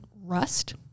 Rust